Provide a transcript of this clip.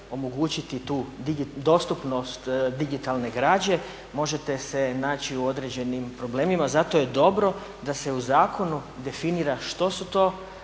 omogućiti tu dostupnost digitalne građe, možete se naći u određenim problemima. Zato je dobro da se u zakonu definira što su to